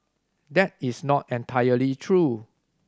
that is not entirely true